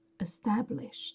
established